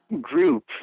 group